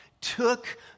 took